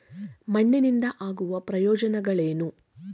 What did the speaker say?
ಮಣ್ಣಿನಿಂದ ಆಗುವ ಪ್ರಯೋಜನಗಳೇನು?